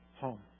home